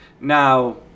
Now